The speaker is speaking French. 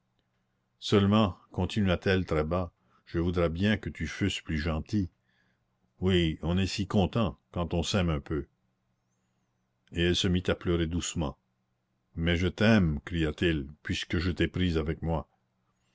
seulement continua-t-elle très bas je voudrais bien que tu fusses plus gentil oui on est si content quand on s'aime un peu et elle se mit à pleurer doucement mais je t'aime cria-t-il puisque je t'ai prise avec moi